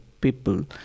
people